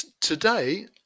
Today